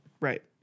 Right